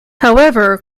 however